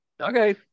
okay